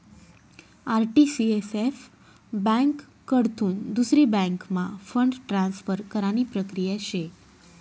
RTCSF ब्यांककडथून दुसरी बँकम्हा फंड ट्रान्सफर करानी प्रक्रिया शे